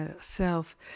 self